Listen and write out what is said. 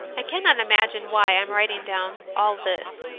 i cannot imagine why i am writing down all this,